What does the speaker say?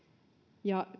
ja